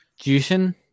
Jushin